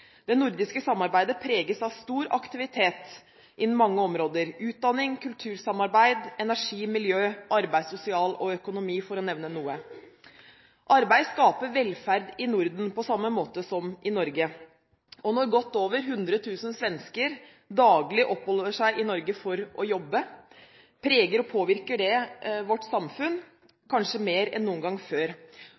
Det nordiske samarbeidet preges av stor aktivitet innen mange områder – utdanning, kultursamarbeid, energi, miljø, arbeid, sosial og økonomi, for å nevne noe. Arbeid skaper velferd i Norden, på samme måte som i Norge. Når godt over 100 000 svensker daglig oppholder seg i Norge for å jobbe, preger og påvirker det vårt samfunn kanskje mer enn noen gang før,